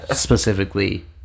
specifically